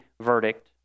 verdict